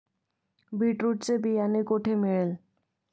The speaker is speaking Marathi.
बीटरुट चे बियाणे कोठे मिळेल?